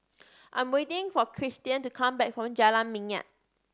I'm waiting for Christian to come back from Jalan Minyak